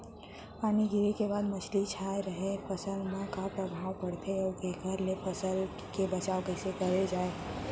पानी गिरे के बाद बदली छाये रहे ले फसल मा का प्रभाव पड़थे अऊ एखर ले फसल के बचाव कइसे करे जाये?